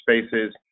spaces